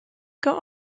got